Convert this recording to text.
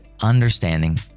understanding